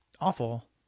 awful